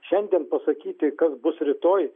šiandien pasakyti kas bus rytoj